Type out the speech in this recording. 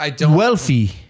wealthy